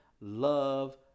love